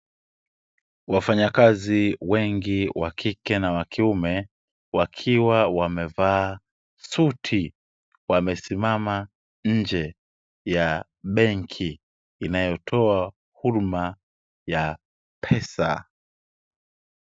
Wafanyakazi wengi wakike na wakiume wakiwa wamevaa suti wamesimama nje ya benki inayotoa huduma ya pesa.